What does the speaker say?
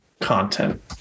content